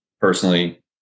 personally